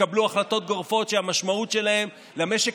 התקבלו החלטות גורפות שהמשמעות שלהן למשק